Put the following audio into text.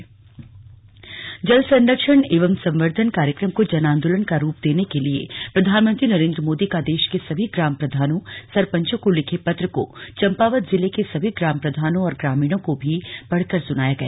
जल संरक्षण संवर्दधन कार्यक्रम जल संरक्षण एवं संबर्द्धन कार्यक्रम को जन आंदोलन का रूप देने के लिए प्रधानमंत्री नरेंद्र मोदी का देश के सभी ग्राम प्रधानों सरपंचों को लिखे पत्र को चम्पावत जिले के सभी ग्राम प्रधानों और ग्रामीणों को भी पढ़कर सुनाया गया